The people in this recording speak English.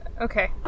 Okay